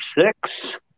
six